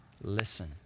listen